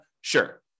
Sure